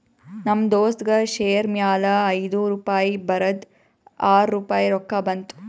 ನಮ್ ದೋಸ್ತಗ್ ಶೇರ್ ಮ್ಯಾಲ ಐಯ್ದು ರುಪಾಯಿ ಬರದ್ ಆರ್ ರುಪಾಯಿ ರೊಕ್ಕಾ ಬಂತು